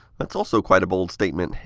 that's also quite a bold statement.